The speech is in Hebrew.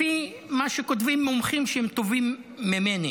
לפי מה שכותבים מומחים שהם טובים ממני